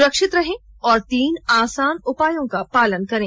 सुरक्षित रहें और तीन आसान उपायों का पालन करें